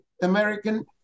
American